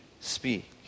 speak